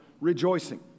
rejoicing